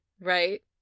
right